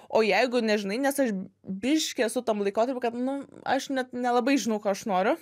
o jeigu nežinai nes aš biški esu tam laikotarpy kad nu aš net nelabai žinau ko aš noriu